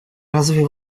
разве